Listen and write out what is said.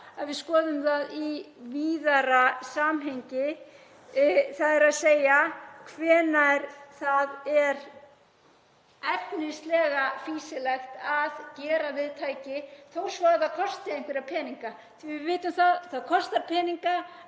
að við skoðum það í víðara samhengi hvenær það er efnislega fýsilegt að gera við tæki þó svo að það kosti einhverja peninga því að við vitum að það kostar peninga